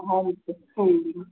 ਹਾਂਜੀ ਹਾਂਜੀ